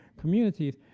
communities